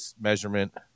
measurement